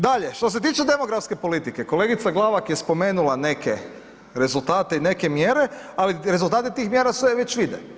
Dalje, što se tiče demografske politike, kolegica Glavak je spomenula neke rezultate i neke mjere, ali rezultati tih mjera se već vide.